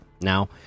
Now